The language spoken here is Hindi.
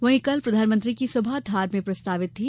वहीं कल प्रधानमंत्री की सभा धार में प्रस्तावित थी